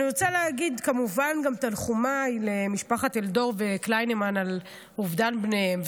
אני רוצה למסור את תנחומיי למשפחות אלדור וקליינמן על אובדן בניהם.